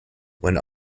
when